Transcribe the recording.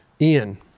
Ian